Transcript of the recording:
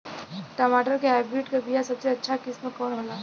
टमाटर के हाइब्रिड क बीया सबसे अच्छा किस्म कवन होला?